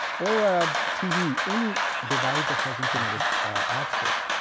or a tv, any device that has internet ah access,